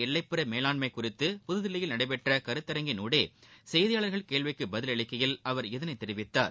எல்லைப்புற மேலாண்மை குறித்து புதில்லியில் நடைபெற்ற கருத்தரங்கினுடே நவீன செய்தியாளர்கள் கேள்விகளுக்கு பதில் அளிக்கையில் அவர் இதனை தெரிவித்தார்